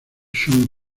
sean